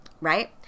Right